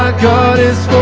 god is